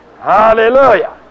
Hallelujah